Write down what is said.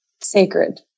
sacred